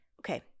okay